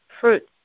fruits